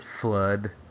flood